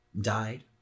died